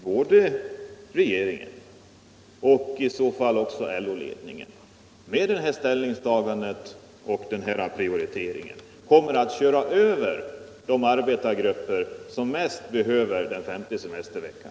Herr talman! I så fall konstaterar jag bara att både regéringen och LO-ledningen med detta ställningstagande och denna prioritering kommer att köra över de arbetargrupper som bäst behöver den femte semesterveckan.